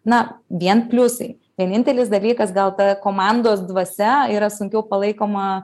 na vien pliusai vienintelis dalykas gal ta komandos dvasia yra sunkiau palaikoma